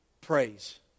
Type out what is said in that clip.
Praise